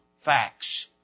facts